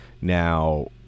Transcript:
Now